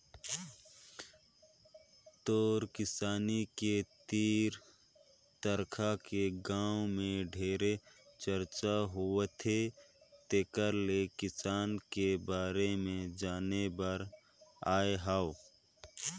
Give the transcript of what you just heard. तोर किसानी के तीर तखार के गांव में ढेरे चरचा होवथे तेकर ले किसानी के बारे में जाने बर आये हंव